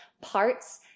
parts